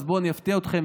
אז בואו, אני אפתיע אתכם.